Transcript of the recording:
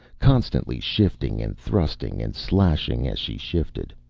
constantly shifting, and thrusting and slashing as she shifted.